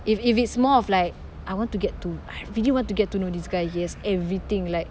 if if it's more of like I want to get to I really want to get to know this guy he has everything like